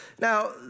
Now